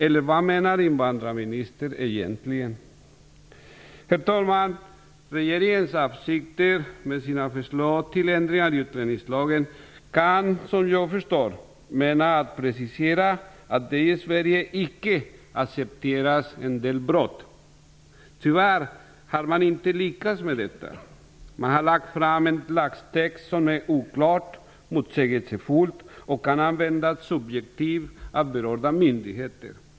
Eller vad menar invandrarministern egentligen? Herr talman! Vad regeringen avser med sina föreslag till ändringar i utlänningslagen kan, såvitt jag förstår, vara att precisera att vi i Sverige icke accepterar en del brott. Tyvärr har man inte lyckats med detta. Man har lagt fram en lagtext som är oklar och motsägelsefull och som kan användas subjektivt av berörda myndigheter.